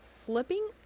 flipping